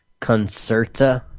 Concerta